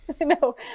No